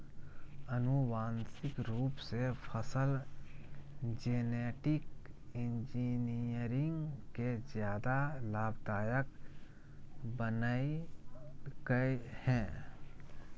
आनुवांशिक रूप से फसल जेनेटिक इंजीनियरिंग के ज्यादा लाभदायक बनैयलकय हें